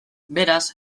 beraz